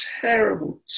Terrible